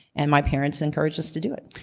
and my parents encouraged us to do it.